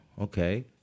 Okay